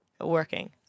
working